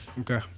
Okay